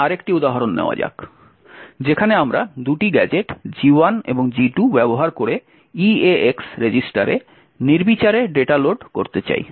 এখন আরেকটি উদাহরণ নেওয়া যাক যেখানে আমরা দুটি গ্যাজেট G1 এবং G2 ব্যবহার করে eax রেজিস্টারে নির্বিচারে ডেটা লোড করতে চাই